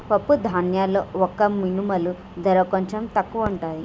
పప్పు ధాన్యాల్లో వక్క మినుముల ధర కొంచెం తక్కువుంటది